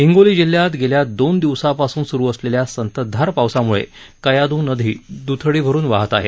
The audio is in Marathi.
हिंगोली जिल्हयात गेल्या दोन दिवसापासून सुरु असलेल्या संततधार पावसामुळे कयाधू नदी द्थडी भरून वाहत आहे